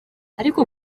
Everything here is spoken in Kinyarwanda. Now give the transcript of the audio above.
ariko